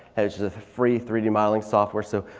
there's a free three d modeling software so,